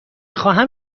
خواهم